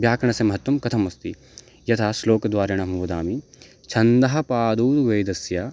व्याकरणस्य महत्वं कथमस्ति यथा श्लोकद्वारेण अहं वदामि छन्दः पादौ वेदस्य